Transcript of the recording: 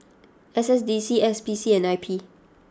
S S D C S P C and I P